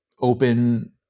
open